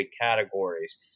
categories